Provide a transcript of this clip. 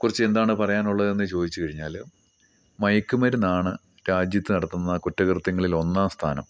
കുറിച്ചു എന്താണ് പറയാനുള്ളത് എന്ന് ചോദിച്ചു കഴിഞ്ഞാൽ മയക്കു മരുന്നാണ് രാജ്യത്ത് നടത്തുന്ന കുറ്റകൃത്യങ്ങളിൽ ഒന്നാം സ്ഥാനം